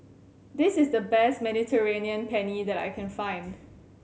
this is the best Mediterranean Penne that I can find